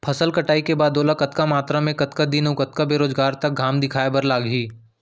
फसल कटाई के बाद ओला कतका मात्रा मे, कतका दिन अऊ कतका बेरोजगार तक घाम दिखाए बर लागही?